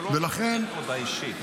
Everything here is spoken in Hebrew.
לא --- הודעה אישית.